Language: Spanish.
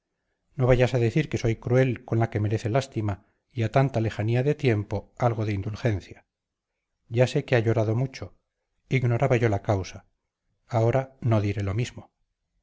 no vayas a decir que soy cruel con la que merece lástima y a tanta lejanía de tiempo algo de indulgencia ya sé que ha llorado mucho ignoraba yo la causa ahora no diré lo mismo